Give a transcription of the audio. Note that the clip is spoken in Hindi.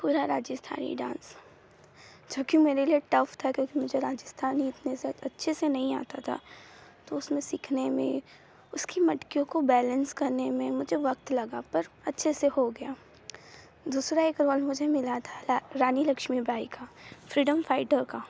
पूरा राजस्थानी डांस जो कि मेरे लिए टफ़ था क्योंकि मुझे राजस्थानी इतने से अच्छे नहीं आता था तो उसमें सीखने में उसकी मटकियों को बैलेंस करने में मुझे वक़्त लगा पर अच्छे से हो गया दूसरा एक रोल मुझे मिला था रानी लक्ष्मी बाई का फ़्रीडम फ़ाइटर का